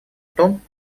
том